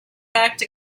backed